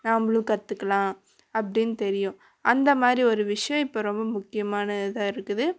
நாம்மளும் கற்றுக்கலாம் அப்படின்னு தெரியும் அந்த மாதிரி ஒரு விஷயம் இப்போ ரொம்ப முக்கியமான இதாக இருக்குது